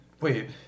wait